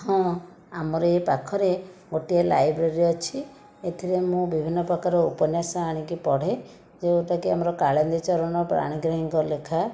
ହଁ ଆମର ଏ ପାଖରେ ଗୋଟିଏ ଲାଇବ୍ରେରୀ ଅଛି ଏଥିରେ ମୁଁ ବିଭିନ୍ନ ପ୍ରକାର ଉପନ୍ୟାସ ଆଣିକି ପଢ଼େ ଯେଉଁଟାକି ଆମର କାଳନ୍ଦୀ ଚରଣ ପାଣିଗ୍ରାହୀଙ୍କ ଲେଖା